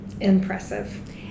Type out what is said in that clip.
impressive